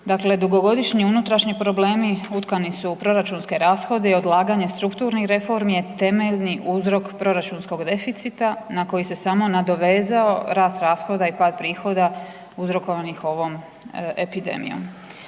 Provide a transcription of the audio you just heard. Dakle, dugogodišnji unutrašnji problemi utkani u proračunske rashode i odlaganje strukturnih reformi je temeljni uzrok proračunskog deficita na koji se samo nadovezao rast rashoda i pad prihoda uzrokovanih ovom epidemijom.